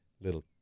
little